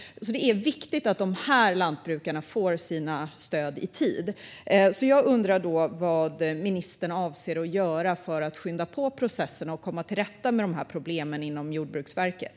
Det är därför viktigt att dessa lantbrukare får sina stöd i tid. Jag undrar därför vad ministern avser att göra för att skynda på processerna och komma till rätta med dessa problem inom Jordbruksverket.